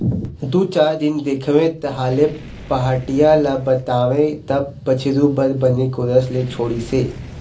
दू चार दिन देखेंव तहाँले पहाटिया ल बताएंव तब बछरू बर बने गोरस ल छोड़िस हे